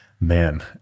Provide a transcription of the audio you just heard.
Man